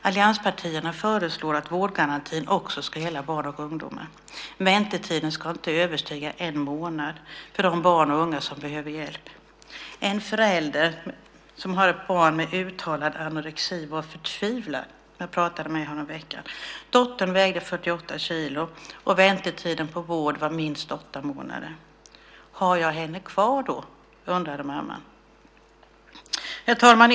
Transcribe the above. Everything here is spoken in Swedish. Allianspartierna föreslår att vårdgarantin också ska gälla barn och ungdomar. Väntetiden ska inte överstiga en månad för de barn och unga som behöver hjälp. En förälder till ett barn med uttalad anorexi var förtvivlad när jag pratade med henne häromveckan; dottern vägde 48 kilo och väntetiden på vård var minst åtta månader. Har jag henne kvar då, undrade mamman. Herr talman!